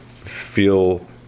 feel